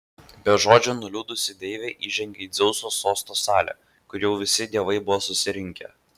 be žodžio nuliūdusi deivė įžengė į dzeuso sosto salę kur jau visi dievai buvo susirinkę